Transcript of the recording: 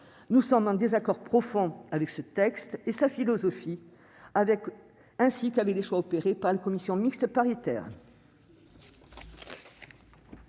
Nous sommes en désaccord profond avec ce texte et sa philosophie, ainsi qu'avec les choix opérés par la commission mixte paritaire.